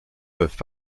peuvent